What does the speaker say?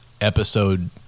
episode